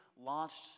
launched